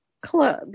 club